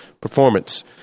performance